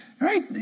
Right